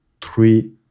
three